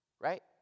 Right